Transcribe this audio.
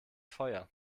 feuer